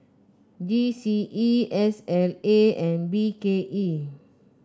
G C E S L A and B K E